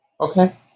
Okay